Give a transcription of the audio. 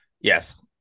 yes